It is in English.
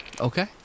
Okay